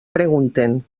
pregunten